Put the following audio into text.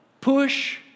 push